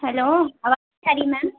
hello آ رہی ہے میم